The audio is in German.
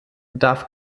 darf